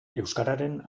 euskararen